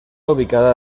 ubicada